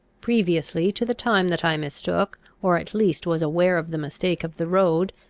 previously to the time that i mistook, or at least was aware of the mistake of the road,